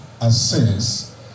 assess